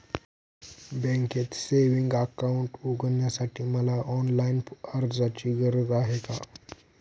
बँकेत savings account उघडण्यासाठी मला ऑनलाईन अर्जाची गरज आहे का?